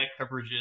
coverages